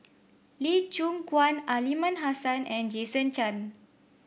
Lee Choon Guan Aliman Hassan and Jason Chan